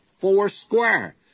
foursquare